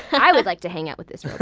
i would like to hang out with this robot.